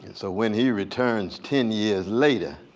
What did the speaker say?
so when he returns ten years later,